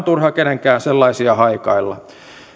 turha kenenkään sellaisia haikailla